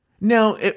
Now